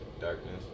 Darkness